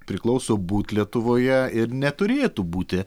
priklauso būt lietuvoje ir neturėtų būti